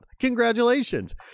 Congratulations